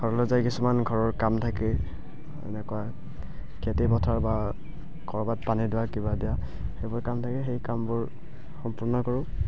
ঘৰলৈ যায় কিছুমান ঘৰৰ কাম থাকে এনেকুৱা খেতি পথাৰ বা ক'ৰবাত পানী দিয়া কিবা দিয়া সেইবোৰ কাম থাকে সেই কামবোৰ সম্পূৰ্ণ কৰোঁ